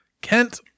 Kent